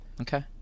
Okay